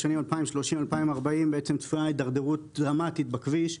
בשנים 2030 2040 צפויה הידרדרות דרמטית בכביש,